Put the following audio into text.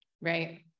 Right